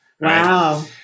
Wow